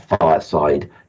fireside